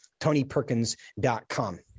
tonyperkins.com